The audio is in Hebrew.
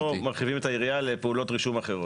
מרחיבים את העירייה לפעולות רישום אחרות.